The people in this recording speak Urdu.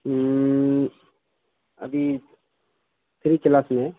ہوں ابھی تھری کلاس میں ہے